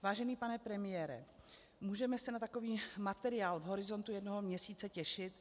Vážený pane premiére, můžeme se na takový materiál v horizontu jednoho měsíce těšit?